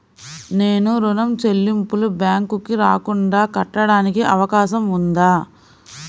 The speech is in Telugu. నేను ఋణం చెల్లింపులు బ్యాంకుకి రాకుండా కట్టడానికి అవకాశం ఉందా?